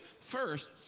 first